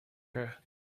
her